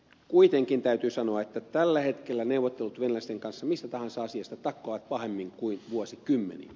kuitenkin täytyy sanoa että tällä hetkellä neuvottelut venäläisten kanssa mistä tahansa asiasta takkuavat pahemmin kuin vuosikymmeniin